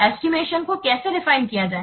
estimation को कैसे रिफियन किया जाए